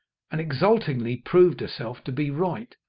and exultingly proved herself to be right,